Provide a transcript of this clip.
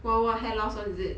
!wah! !wah! hair loss [one] is it